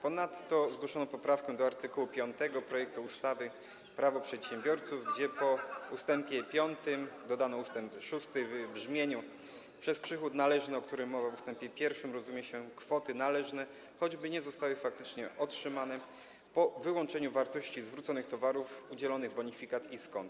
Ponadto zgłoszono poprawkę do art. 5 projektu ustawy Prawo przedsiębiorców, gdzie po ust. 5 dodano ust. 6 w brzmieniu: przez przychód należny, o którym mowa w ust. 1, rozumie się kwoty należne, choćby nie zostały faktycznie otrzymane, po wyłączeniu wartości zwróconych towarów, udzielonych bonifikat i skont.